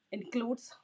Includes